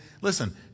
Listen